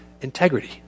integrity